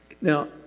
Now